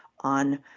on